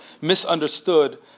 misunderstood